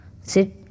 sit